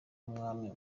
umwami